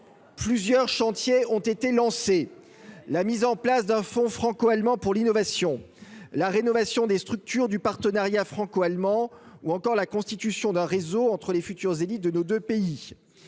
plusieurs chantiers ont été lancés la mise en place d'un fonds franco- allemand pour l'innovation, la rénovation des structures du partenariat franco-allemand ou encore la constitution d'un réseau entre les futures élites de nos 2 pays,